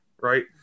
right